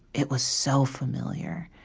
it was so familiar.